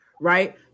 Right